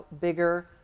bigger